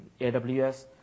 AWS